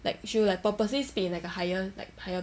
like she'll like purposely speak in like a higher like higher